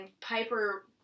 Piper